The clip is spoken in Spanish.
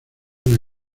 una